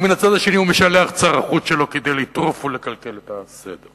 ומצד שני הוא משלח את שר החוץ שלו כדי לטרוף ולקלקל את הסדר.